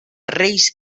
reis